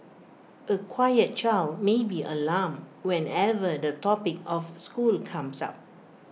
A quiet child may be alarmed whenever the topic of school comes up